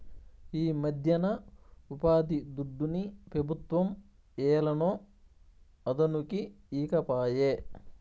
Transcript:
ఈమధ్యన ఉపాధిదుడ్డుని పెబుత్వం ఏలనో అదనుకి ఈకపాయే